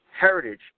Heritage